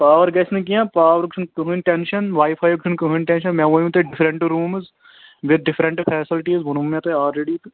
power گژھِ نہٕ کیٚنٛہہ پاورُک چھُنہٕ کٕہٕنۍ ٹٮ۪نشَن واے فایُک چھُنہٕ کٕہٕنۍ ٹٮ۪نشَن مےٚ ووٚنوٕ تۄہہِ ڈِفرَنٹہٕ روٗمٕز وِتھ ڈِفرَنٹہٕ فیسَلٹیٖز ووٚنوٕ مےٚ تۄہہِ آلرَیٚڈی تہٕ